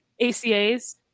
ACAs